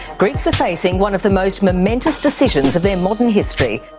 greeks are facing one of the most momentous decisions of their modern history.